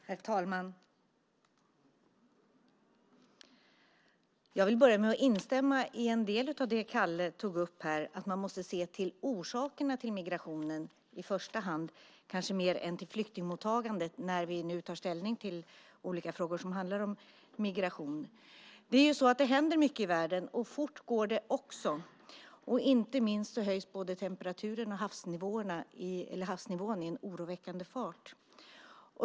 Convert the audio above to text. Herr talman! Jag vill börja med att instämma i det som Kalle här tog upp om att vi i första hand kanske mer måste se till migrationens orsaker än till flyktingmottagandet när vi nu tar ställning till olika frågor om migration. Det händer mycket i världen, och fort går det också. Inte minst höjs både temperaturen och havsnivån i en oroväckande fart.